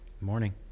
Morning